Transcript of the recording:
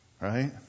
Right